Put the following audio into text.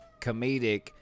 comedic